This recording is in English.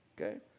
Okay